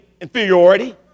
inferiority